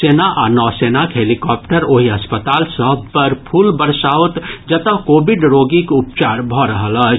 सेना आ नौसेनाक हेलीकॉप्टर ओहि अस्पताल सभ पर फूल बरसाओत जतऽ कोविड रोगीक उपचार भऽ रहल अछि